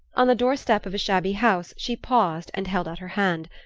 on the doorstep of a shabby house she paused and held out her hand.